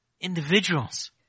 individuals